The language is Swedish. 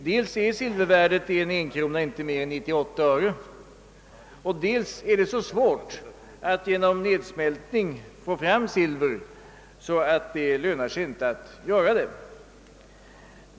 Dels är silvervärdet i en enkrona inte mer än 98 öre och dels är det så svårt att genom nedsmältning få fram silver att det inte lönar sig att göra det.